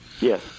Yes